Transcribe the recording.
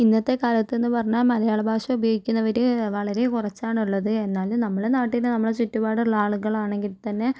ഇന്നത്തെക്കാലത്തെന്ന് പറഞ്ഞാൽ മലയാള ഭാഷ ഉപയോഗിക്കുന്നവര് വളരെ കുറച്ചാണ് ഉള്ളത് എന്നാലും നമ്മളെ നാട്ടിൽ നിന്ന് നമ്മളെ ചുറ്റുപാടുള്ള ആളുകളാണെങ്കിൽ തന്നെ